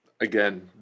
again